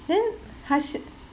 then hardsh~